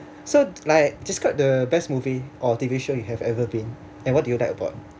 so like describe the best movie or T_V show you have ever been and what do you like about